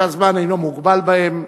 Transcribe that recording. שהזמן אינו מוגבל בהן.